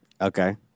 Okay